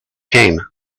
came